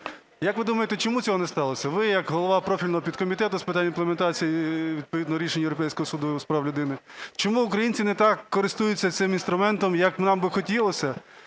Як ви думаєте, чому цього не сталося? Ви як голова профільного комітету з питань імплементації відповідно рішень Європейського суду з прав людини. Чому українці не так користуються цим інструментом, як нам би хотілося?